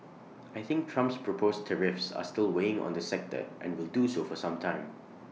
I think Trump's proposed tariffs are still weighing on the sector and will do so for some time